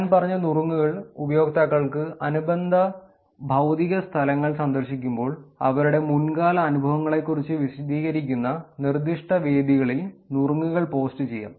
ഞാൻ പറഞ്ഞ നുറുങ്ങുകൾ ഉപയോക്താക്കൾക്ക് അനുബന്ധ ഭൌതിക സ്ഥലങ്ങൾ സന്ദർശിക്കുമ്പോൾ അവരുടെ മുൻകാല അനുഭവങ്ങളെക്കുറിച്ച് വിശദീകരിക്കുന്ന നിർദ്ദിഷ്ട വേദികളിൽ നുറുങ്ങുകൾ പോസ്റ്റ് ചെയ്യാം